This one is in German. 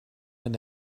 wenn